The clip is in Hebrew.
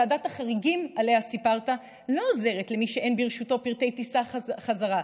ועדת החריגים שעליה סיפרת לא עוזרת למי שאין ברשותו פרטי טיסה חזרה.